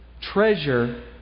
treasure